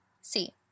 See